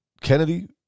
Kennedy